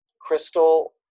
Crystal